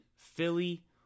philly